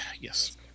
Yes